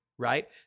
Right